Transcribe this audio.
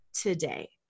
today